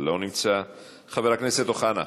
לא נמצא, חבר הכנסת אוחנה,